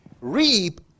reap